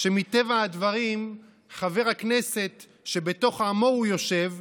שמטבע הדברים חבר הכנסת, שבתוך עמו הוא יושב,